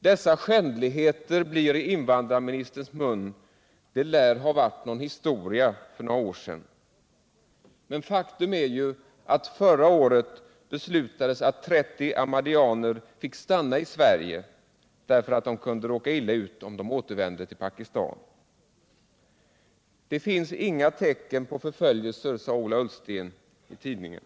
Dessa skändligheter blir i invandrarministerns mun: ”Det lär ha varit någon historia för några år sedan.” Men faktum är ju att förra året beslutades att 30 ahmadiyyaner fick stanna i Sverige därför att de kunde råka illa ut om de återvände till Pakistan. Nr 52 Det finns inga tecken på förföljelser, sade Ola Ullsten i tidningen.